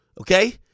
okay